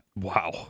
Wow